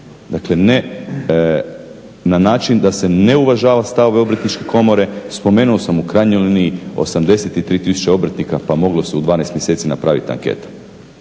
Dakle, ne na način da se ne uvažava stavove Obrtničke komore, spomenuo sam u krajnjoj liniji 83 tisuće obrtnika pa moglo se u 12 mjeseci napraviti anketa.